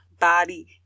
body